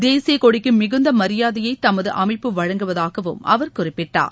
தேசிய கொடிக்கு மிகுந்த மரியாதையை தமது அமைப்பு வழங்குவதாகவும் அவர் குறிப்பிட்டார்